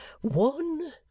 One